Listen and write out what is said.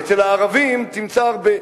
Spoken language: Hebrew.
אצל הערבים תמצא הרבה.